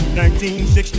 1960